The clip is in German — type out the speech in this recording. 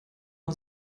nur